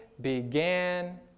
began